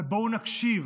אבל בואו נקשיב,